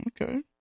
Okay